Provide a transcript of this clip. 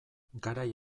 garai